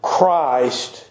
Christ